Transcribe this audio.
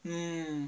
mm